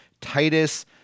Titus